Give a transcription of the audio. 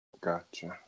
Gotcha